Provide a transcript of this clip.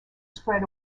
spread